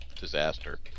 disaster